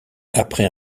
après